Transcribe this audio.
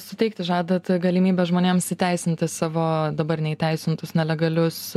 suteikti žadat galimybę žmonėms įteisinti savo dabar neįteisintus nelegalius